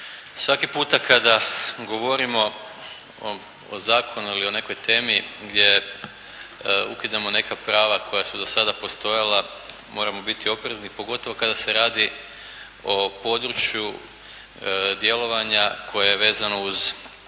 Svaki puta kada govorimo o zakonu ili o nekoj temi gdje ukidamo neka prava koja su do sada postojala moramo biti oprezni pogotovo kada se radi o području djelovanja koje je vezano uz